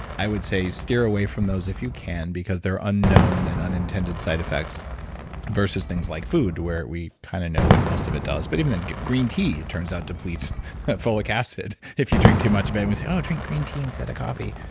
i would say steer away from those if you can, because there are unknown and unintended side effects versus things like food where we kind of know what most of it does. but even in green tea it turns out depletes folic acid if you drink too much of it. and we say, oh, drink green tea instead of coffee.